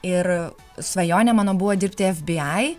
ir svajonė mano buvo dirbti ef by ai